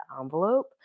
envelope